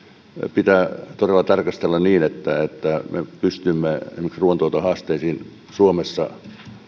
pitää todella tarkastella niin että että me pystymme esimerkiksi ruuantuotannon haasteisiin suomessa